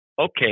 Okay